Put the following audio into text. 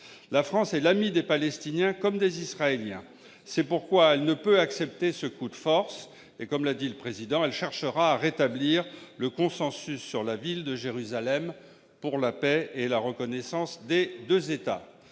La France est l'amie des Palestiniens comme des Israéliens. C'est pourquoi elle ne peut accepter ce coup de force. Comme l'a dit le Président de la République, elle cherchera à rétablir le consensus sur la ville de Jérusalem, la paix et la reconnaissance des deux États.